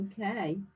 okay